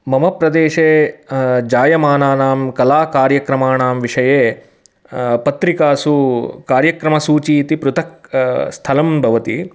मम प्रदेशे जायमानानां कलाकार्यक्रमाणां विषये पत्रिकासु कार्यक्रमसूची इति पृथक् स्थलं भवति